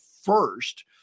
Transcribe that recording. first